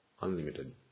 unlimited